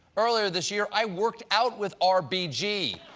earlier this year, i worked out with r b g.